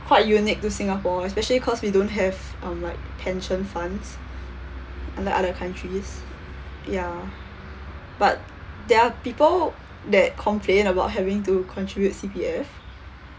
quite unique to singapore especially cause we don't have um like pension funds unlike other countries ya but there're people that complain about having to contribute C_P_F